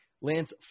Lance